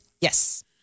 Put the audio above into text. Yes